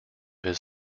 his